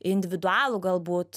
individualų galbūt